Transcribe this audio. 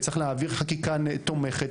וצריך להעביר חקיקה תומכת,